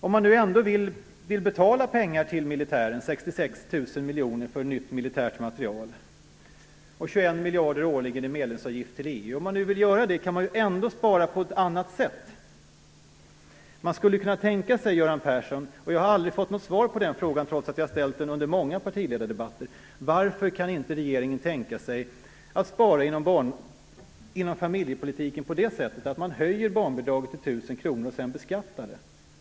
Om man nu ändå vill betala 66 000 miljoner för ny militär materiel och 21 miljarder årligen i medlemsavgift till EU, kan man ändå spara på ett annat sätt. Jag har, Göran Persson, inte fått något svar på följande fråga, trots att jag har ställt den under många partiledardebatter: Varför kan regeringen inte tänka sig att spara inom familjepolitiken genom att höja barnbidraget till 1 000 kr och sedan beskatta det?